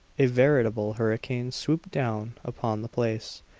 a veritable hurricane swooped down upon the place.